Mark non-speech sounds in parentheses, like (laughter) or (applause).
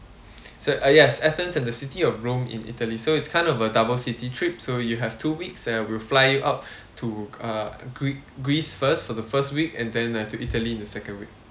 so uh yes athens and the city of rome in italy so it's kind of a double city trip so you have two weeks and will fly you up (breath) to uh greek greece first for the first week and then uh to italy in the second week